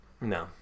No